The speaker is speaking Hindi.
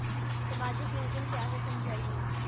सामाजिक नियोजन क्या है समझाइए?